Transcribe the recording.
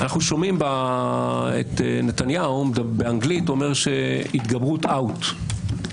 אנחנו שומעים את נתניהו באנגלית אומר שהתגברות out,